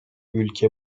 ülke